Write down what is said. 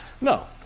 No